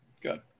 Good